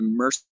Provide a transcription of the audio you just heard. immersive